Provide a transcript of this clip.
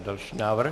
Další návrh.